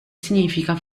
significa